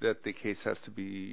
that the case has to be